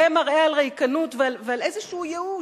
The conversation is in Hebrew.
זה מראה על ריקנות ועל איזשהו ייאוש,